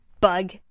bug